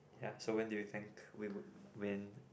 ya so when do you think we would win